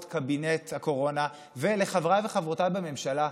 קבינט הקורונה ולחבריי וחברותיי בממשלה: